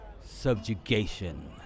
Subjugation